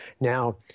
Now